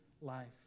life